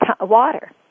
water